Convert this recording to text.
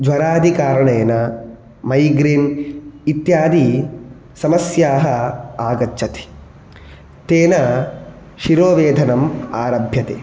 ज्वरादिकारणेन migraine इत्यादिसमस्याः आगच्छति तेन शिरोवेदना आरभ्यते